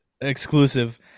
exclusive